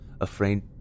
afraid